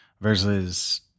versus